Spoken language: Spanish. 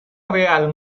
real